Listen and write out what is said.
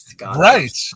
Right